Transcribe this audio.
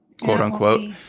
quote-unquote